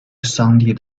sounded